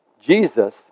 Jesus